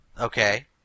Okay